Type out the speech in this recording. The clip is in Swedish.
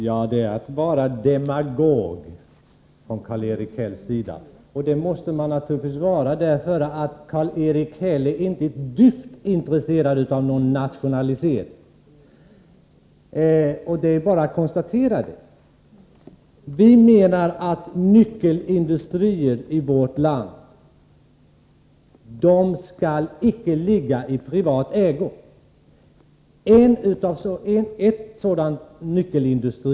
Herr talman! Karl-Erik Häll är verkligen demagogisk. Och det måste han naturligtvis vara, eftersom han inte är ett dyft intresserad av någon nationalisering. Det är bara att konstatera detta. Vi menar att nyckelindustrier i vårt land icke skall vara i privat ägo. Boliden är faktiskt en sådan nyckelindustri.